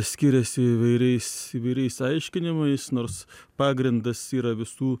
skiriasi įvairiais įvairiais aiškinimais nors pagrindas yra visų